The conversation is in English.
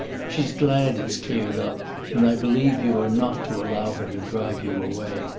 she's glad it's cleared up and i believe you are not to allow her to drive you away.